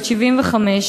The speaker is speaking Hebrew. בת 75,